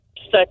sex